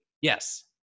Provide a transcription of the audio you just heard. Yes